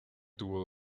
tuvo